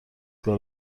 کار